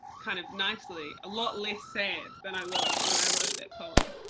kind of nicely, a lot less sad than i was when i wrote that poem,